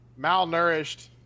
malnourished